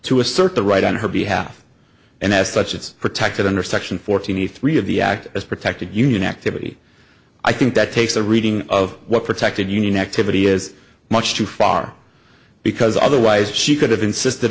to assert the right on her behalf and as such it's protected under section forty three of the act as protected union activity i think that takes the reading of what protected union activity is much too far because otherwise she could have insist